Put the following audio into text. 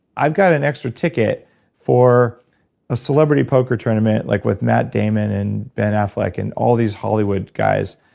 i've got an extra ticket for a celebrity poker tournament, like with matt damon and ben affleck and all these hollywood guys,